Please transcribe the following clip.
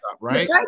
Right